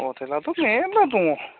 हटेलाथ' मेरला दङ